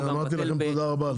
--- על זה אמרתי לכם תודה רבה.